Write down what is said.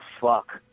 fuck